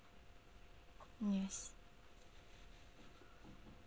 yes